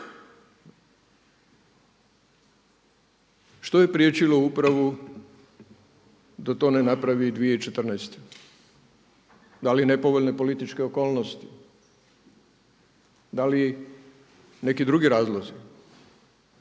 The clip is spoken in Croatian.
Što je priječilo upravu da to ne napravi i 2014.? Da li nepovoljne političke okolnosti, da li neki drugi razlozi?